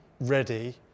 ready